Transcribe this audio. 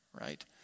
right